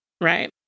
Right